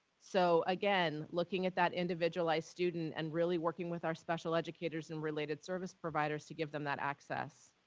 so again, looking at that individualized student and really working with our special educators and related service providers to give them that access.